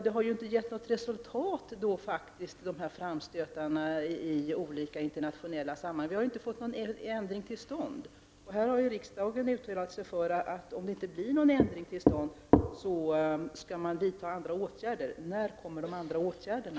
Då har dessa framstötar i olika internationella sammanhang faktiskt inte gett något resultat. Vi har inte fått någon ändring till stånd. Riksda gen har ju uttalat att om det inte blir någon ändring, skall det vidtas andra åtgärder. När kommer de andra åtgärderna?